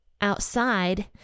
outside